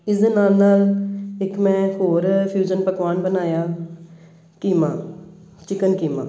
ਇਸ ਦੇ ਨਾਲ ਨਾਲ ਇੱਕ ਮੈਂ ਹੋਰ ਫਿਊਜ਼ਨ ਪਕਵਾਨ ਬਣਾਇਆ ਕੀਮਾ ਚਿਕਨ ਕੀਮਾ